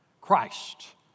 Christ